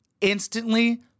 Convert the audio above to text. instantly